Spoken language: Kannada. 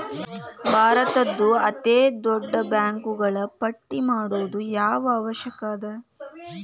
ಭಾರತದ್ದು ಅತೇ ದೊಡ್ಡ ಬ್ಯಾಂಕುಗಳ ಪಟ್ಟಿ ಮಾಡೊದು ಯಾಕ್ ಅವಶ್ಯ ಅದ?